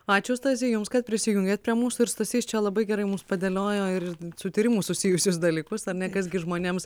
ačiū stasy jums kad prisijungėt prie mūsų ir stasys čia labai gerai mums padėliojo ir su tyrimu susijusius dalykus ar ne kas gi žmonėms